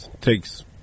takes